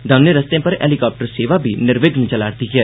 दौनें रस्ते पर हैलीकाप्टर सेवा बी र्निविघ्न चला'दी ऐ